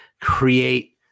create